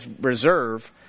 reserve